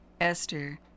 Esther